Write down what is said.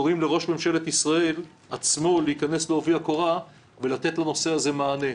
וקוראים לראש ממשלת ישראל עצמו להיכנס לעובי הקורה ולתת לנושא הזה מענה.